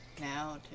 now